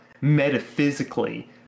metaphysically